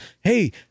Hey